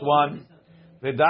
one